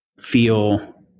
feel